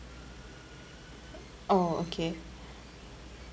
orh okay